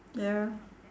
ya